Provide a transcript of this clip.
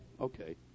okay